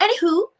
Anywho